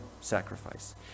sacrifice